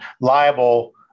liable